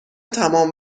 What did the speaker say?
تمام